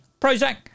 prozac